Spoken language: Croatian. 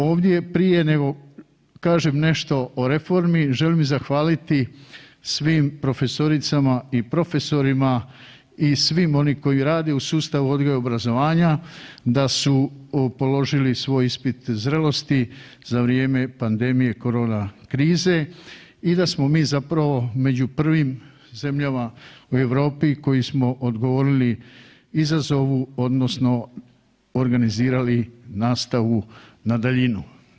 Ovdje prije nego kažem nešto o reformi, želim zahvaliti svim profesoricama i profesorima i svim onim koji rade u sustavu odgoja i obrazovanja da su položili svoj ispit zrelosti za vrijeme pandemije korona krize i da smo mi zapravo među prvim zemljama u Europi koji smo odgovorili izazovu, odnosno organizirali nastavu na daljinu.